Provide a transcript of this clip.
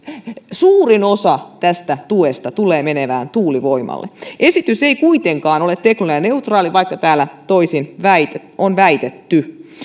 suurin osa tästä tuesta tulee menemään tuulivoimalle esitys ei kuitenkaan ole teknologianeutraali vaikka täällä toisin on väitetty